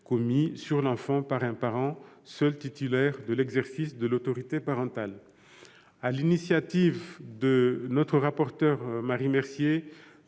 commis sur l'enfant par un parent, seul titulaire de l'exercice de l'autorité parentale. Sur l'initiative de notre rapporteur, Marie Mercier,